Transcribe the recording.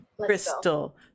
crystal